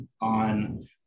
on